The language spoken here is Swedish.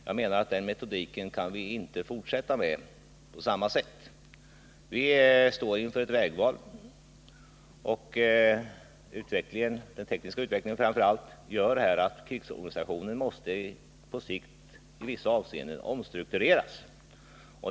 Jag menar att den metodiken kan vi inte fortsätta med på samma sätt. Vi står inför ett vägval. Utvecklingen — framför allt den tekniska — gör att krigsorganisationen på sikt måste omstruktureras i vissa avseenden.